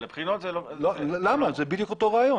זה בדיוק אותו רעיון.